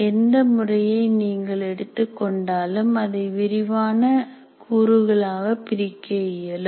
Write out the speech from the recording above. எந்த முறையை நீங்கள் எடுத்துக் கொண்டாலும் அதை விரிவான கூறுகளாக பிரிக்க இயலும்